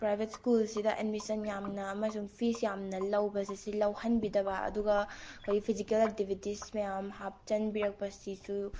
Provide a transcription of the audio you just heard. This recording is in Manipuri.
ꯄ꯭ꯔꯥꯏꯕꯦꯠ ꯁ꯭ꯀꯨꯜꯁꯤꯗ ꯑꯦꯗꯃꯤꯁꯟ ꯌꯥꯝꯅ ꯑꯃꯁꯨꯡ ꯐꯤꯁ ꯌꯥꯝꯅ ꯂꯧꯕꯁꯦ ꯁꯤ ꯂꯧꯍꯟꯕꯤꯗꯕ ꯑꯗꯨꯒ ꯑꯩꯈꯣꯏ ꯐꯤꯖꯤꯀꯦꯜ ꯑꯦꯛꯇꯤꯕꯤꯇꯤꯁ ꯃꯌꯥꯝ ꯍꯥꯞꯆꯤꯟꯕꯤꯔꯛꯄꯁꯤꯁꯨ